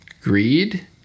Greed